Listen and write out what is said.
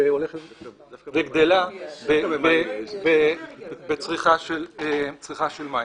שהולכת וגדל, בצריכה של מים.